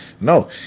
No